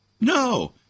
No